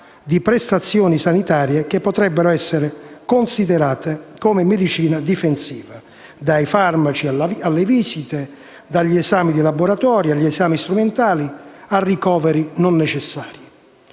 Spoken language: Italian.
di prestazioni sanitarie che potrebbero essere considerate come medicina difensiva: dai farmaci alle visite, dagli esami di laboratorio agli esami strumentali, fino a ricoveri non necessari.